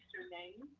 your name,